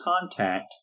contact